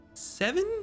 Seven